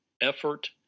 effort